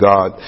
God